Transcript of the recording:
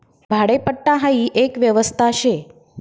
भाडेपट्टा हाई एक व्यवस्था शे